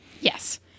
Yes